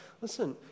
listen